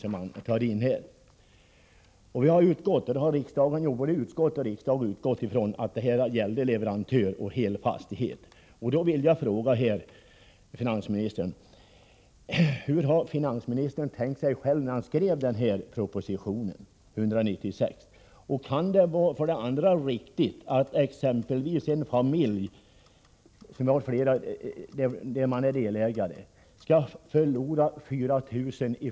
Jag har utgått ifrån — och det har riksdagen och utskottet också gjort — att det var leverantör och hel fastighet som avsågs. Jag vill fråga finansministern: Hur har finansministern själv tänkt när han skrev proposition 196? Kan det vara riktigt att varje familj som är delägare skall förlora 4 000 kr.